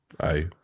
Aye